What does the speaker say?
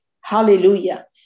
Hallelujah